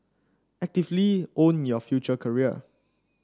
actively own your future career